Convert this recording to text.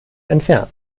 entfernt